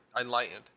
enlightened